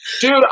Dude